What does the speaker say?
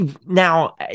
Now